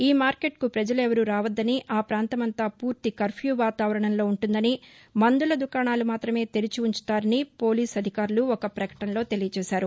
ఈ మార్కెట్కు ప్రజలు ఎవరూ రావద్దని ఆ ప్రాంతమంతా పూర్తి కర్ప్యూవాతావరణంలో ఉంటుందని మందుల దుకాణాలు మాత్రమే తెరిచిఉంచుతారని పోలీస్ అధికారులు ఒక ప్రకటనలో తెలియచేశారు